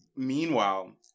Meanwhile